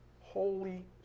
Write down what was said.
Holy